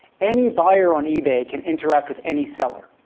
any buyer on ebay can interact with any seller,